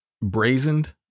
brazened